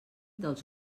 dels